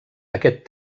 aquest